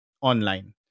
online